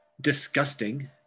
disgusting